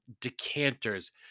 decanters